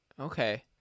okay